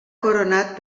coronat